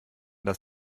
dass